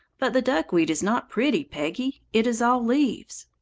but the duckweed is not pretty, peggy. it is all leaves.